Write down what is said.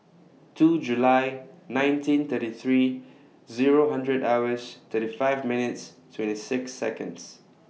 two July nineteen thirty three Zero hundred hours thirty five minutes twenty six Seconds